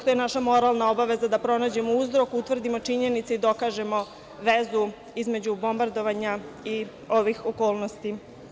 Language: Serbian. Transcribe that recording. To je naša moralna obaveza, da pronađemo uzrok, utvrdimo činjenice i dokažemo vezu između bombardovanja i ovih okolnosti.